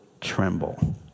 tremble